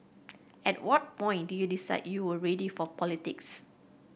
at what point did you decide you were ready for politics